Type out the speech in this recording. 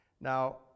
Now